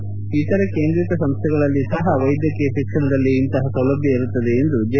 ಬದಲಾಗಿ ಇತರೆ ಕೇಂದ್ರಿತ ಸಂಸ್ಥೆಗಳಲ್ಲಿ ಸಹ ವೈದ್ಯಕೀಯ ಶಿಕ್ಷಣದಲ್ಲಿ ಇಂತಹ ಸೌಲಭ್ಯ ಇರುತ್ತದೆ ಎಂದು ಜೆ